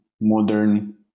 modern